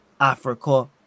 Africa